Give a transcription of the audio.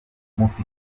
mufite